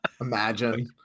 imagine